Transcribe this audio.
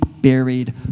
buried